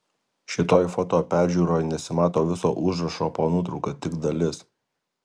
šitoj foto peržiūroj nesimato viso užrašo po nuotrauka tik dalis